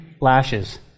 lashes